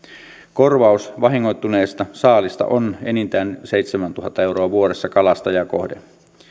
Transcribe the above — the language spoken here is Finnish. korvaus vahingoittuneesta saaliista on enintään seitsemäntuhatta euroa vuodessa kalastajaa kohden